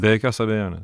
be jokios abejonės